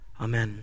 Amen